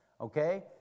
okay